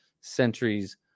centuries